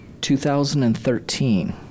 2013